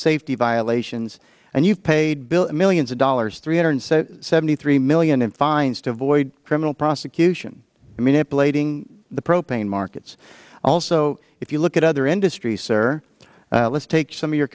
safety violations and you've paid build millions of dollars three hundred and seven seventy three million in fines to avoid criminal prosecution and manipulating the propane markets also if you look at other industry sir let's take some of your